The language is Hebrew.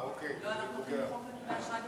נחמן שי.